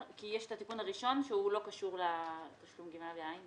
כי יש את התיקון הראשון שהוא לא קשור לתשלום גמלה בעין,